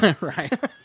Right